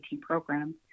programs